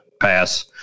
Pass